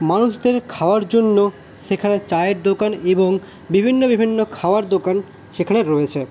মানুষদের খাওয়ার জন্য সেখানে চায়ের দোকান এবং বিভিন্ন বিভিন্ন খাওয়ার দোকান সেখানে রয়েছে